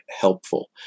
helpful